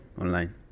online